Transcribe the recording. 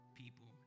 people